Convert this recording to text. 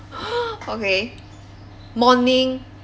okay morning